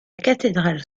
cathédrale